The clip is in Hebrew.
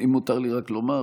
אבל אם מותר לי רק לומר,